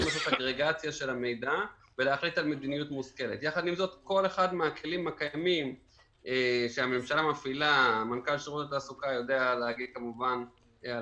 אחד מהכלים הקיימים שהממשלה מפעילה מתאימים את